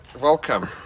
Welcome